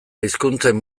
hizkuntzen